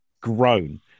grown